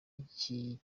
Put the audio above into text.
iki